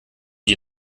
die